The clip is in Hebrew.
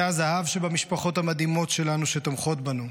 זה הזהב שבמשפחות המדהימות שלנו שתומכות בנו,